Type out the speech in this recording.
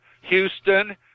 Houston